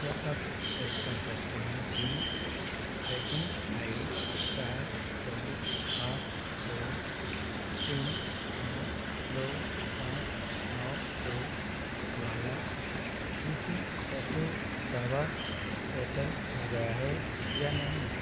क्या आप चेक कर सकते हैं कि ट्रैकिंग आई डी चार दो आठ दो तीन नौ दो पाँच नौ दो वाला ई पी एफ़ ओ दावा सैटल हो गया है या नहीं